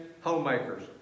homemakers